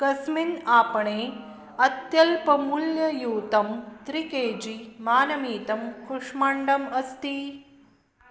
कस्मिन् आपणे अत्यल्पमूल्ययुतं त्रि के जी मानमितं कूष्माण्डम् अस्ति